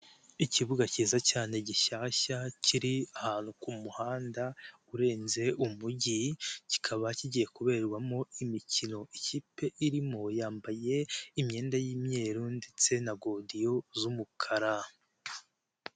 Ikibuga cyiza cyane gishyashya kiri ahantu ku muhanda urenze umujyi kikaba kigiye kuberarwamo imikino, ikipe irimo yambaye imyenda y'imyeru ndetse na godiyo z'umukara.